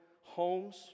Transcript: homes